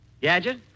Gadget